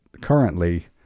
currently